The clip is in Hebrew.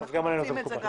גם עלינו זה מקובל.